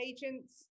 Agents